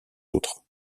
autres